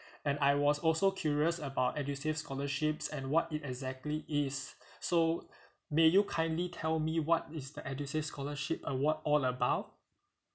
and I was also curious about edusave scholarships and what it exactly is so may you kindly tell me what is the edusave scholarship award all about